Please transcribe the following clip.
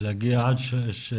להגיע עד 3?